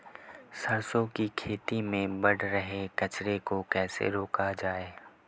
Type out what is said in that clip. सरसों की खेती में बढ़ रहे कचरे को कैसे रोका जाए?